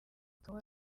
ukaba